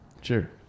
sure